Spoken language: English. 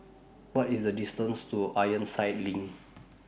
What IS The distance to Ironside LINK